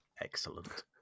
excellent